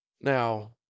Now